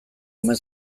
omen